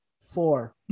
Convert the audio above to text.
Four